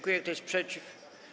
Kto jest przeciw?